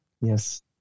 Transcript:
Yes